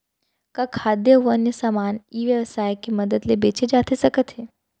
का खाद्य अऊ अन्य समान ई व्यवसाय के मदद ले बेचे जाथे सकथे?